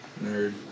Nerd